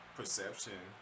perception